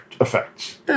effects